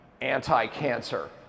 anti-cancer